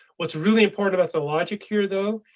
what's really important about the logic here, though,